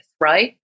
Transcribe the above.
right